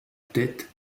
tête